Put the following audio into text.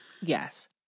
Yes